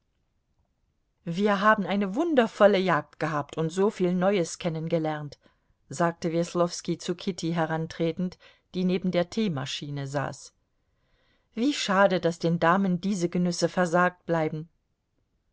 wir haben eine wundervolle jagd gehabt und soviel neues kennengelernt sagte weslowski zu kitty herantretend die neben der teemaschine saß wie schade daß den damen diese genüsse versagt bleiben